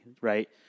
right